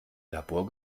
labor